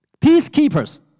Peacekeepers